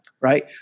right